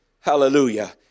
hallelujah